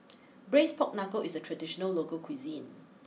Braised Pork Knuckle is a traditional local cuisine